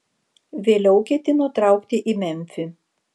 vėliau ketino traukti į memfį